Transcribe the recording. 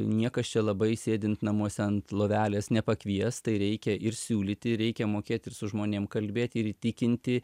niekas čia labai sėdint namuose ant lovelės nepakvies tai reikia ir siūlyti reikia mokėt ir su žmonėm kalbėt ir įtikinti